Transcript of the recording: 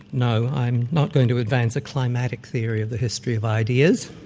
no, i'm not going to advance a climatic theory of the history of ideas.